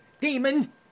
demon